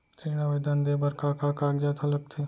ऋण आवेदन दे बर का का कागजात ह लगथे?